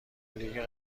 لیگ